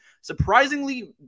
surprisingly